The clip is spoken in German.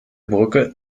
brücke